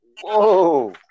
Whoa